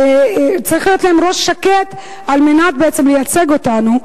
וצריך להיות להם ראש שקט כדי בעצם לייצג אותנו,